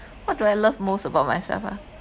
what do I love most about myself ah